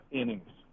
innings